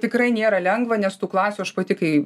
tikrai nėra lengva nes tų klasių aš pati kai